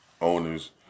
owners